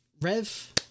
Rev